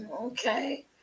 Okay